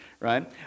right